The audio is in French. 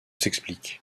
s’explique